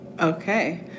Okay